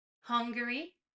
Hungary